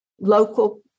local